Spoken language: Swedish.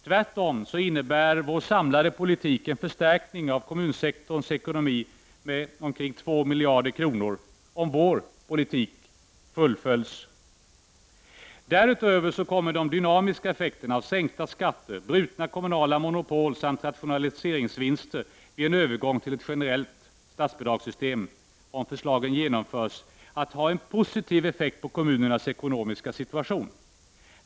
Tvärtom innebär vår samlade politik en förstärkning av kommunsektorns ekonomi med ca 2 miljarder kronor om vår politik fullföljs. Därutöver kommer de dynamiska effekterna av sänkta skatter, brutna kommunala monopol samt rationaliseringsvinster vid en övergång till ett generellt statsbidragssystem, om förslagen genomförs, att ha en positiv effekt på kommunernas ekonomiska situation.